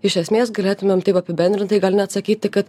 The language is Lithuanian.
iš esmės galėtumėm taip apibendrintai gal net sakyti kad